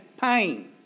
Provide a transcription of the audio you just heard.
pain